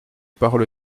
parole